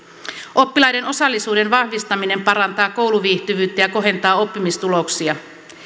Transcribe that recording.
oppilaiden osallisuuden vahvistaminen parantaa kouluviihtyvyyttä ja kohentaa oppimistuloksia